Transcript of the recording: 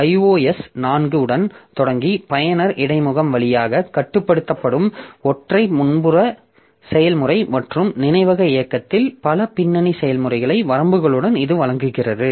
iOS 4 உடன் தொடங்கி பயனர் இடைமுகம் வழியாக கட்டுப்படுத்தப்படும் ஒற்றை முன்புற செயல்முறை மற்றும் நினைவக இயக்கத்தில் பல பின்னணி செயல்முறைகளை வரம்புகளுடன் இது வழங்குகிறது